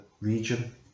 region